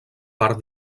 part